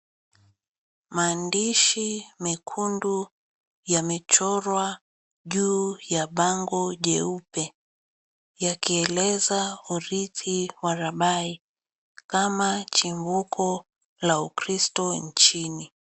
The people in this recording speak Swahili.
Maandishi mekundu yamechorwa juu ya bango jeupe yakieleza urithi wa Rabae kama chimbuko la ukristo nchini.